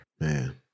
Man